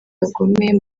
bakomeye